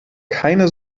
keine